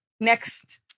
next